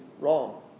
wrong